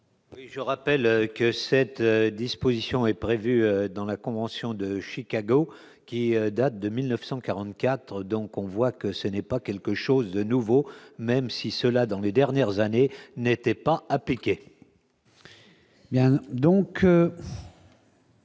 Je rappelle que cette disposition est prévue dans la convention de Chicago, qui date de 1944 donc on voit que ce n'est pas quelque chose de nouveau, même si cela dans les dernières années n'étaient pas appliquées.